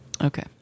Okay